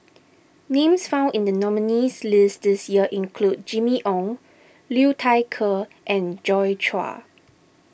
names found in the nominees' list this year include Jimmy Ong Liu Thai Ker and Joi Chua